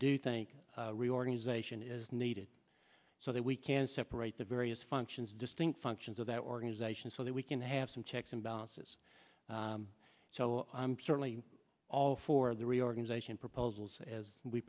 do think reorganization is is needed so that we can separate the various functions distinct functions of that organization so that we can have some checks and balances so i'm certainly all for the reorganization proposals as we